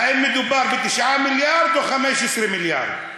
האם מדובר ב-9 מיליארד או ב-15 מיליארד.